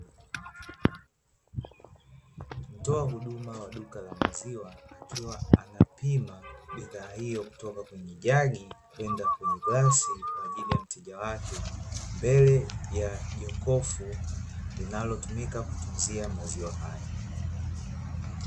Mtoa huduma wa duka la maziwa, akiwa anapima bidhaa hiyo kutoka kwenye jagi kwenda kwenye glasi kwa ajili ya mteja wake, mbele ya jokofu linalotumika kutunzia maziwa hayo.